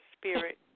spirit